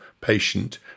patient